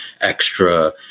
extra